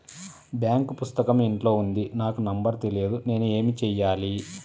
Bank పుస్తకం ఇంట్లో ఉంది నాకు నంబర్ తెలియదు నేను ఏమి చెయ్యాలి?